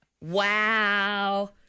Wow